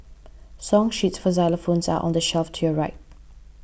song sheets for xylophones are on the shelf to your right